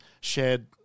shared